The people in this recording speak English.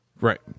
right